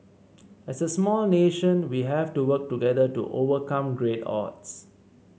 as a small nation we have to work together to overcome great odds